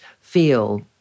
feel